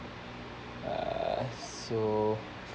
so